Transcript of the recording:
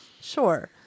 Sure